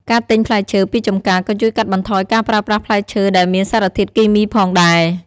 ការទិញផ្លែឈើពីចម្ការក៏ជួយកាត់បន្ថយការប្រើប្រាស់ផ្លែឈើដែលមានសារធាតុគីមីផងដែរ។